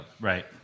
Right